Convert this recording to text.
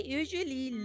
usually